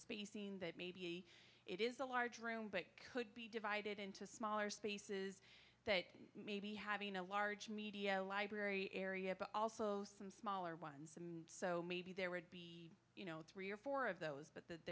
scene that maybe it is a large room but could be divided into smaller spaces that maybe having a large media library area but also some smaller ones so maybe there would be you know three or four of those but that th